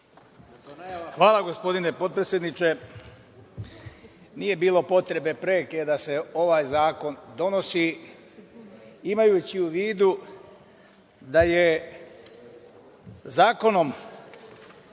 Hvala gospodine potpredsedniče. Nije bilo preke potrebe da se ovaj zakon donosi, imajući u vidu da je Zakonom